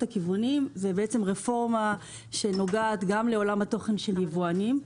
זו רפורמה שנוגעת גם לעולם התוכן של יבואנים,